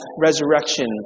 resurrection